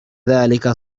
ذلك